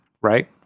Right